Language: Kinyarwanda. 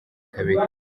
kabiri